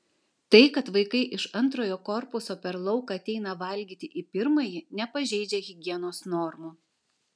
tai kad vaikai iš antrojo korpuso per lauką ateina valgyti į pirmąjį nepažeidžia higienos normų